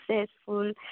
successful